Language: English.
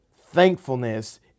thankfulness